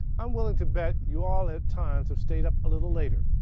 i'm willing to bet you all at times have stayed up a little later,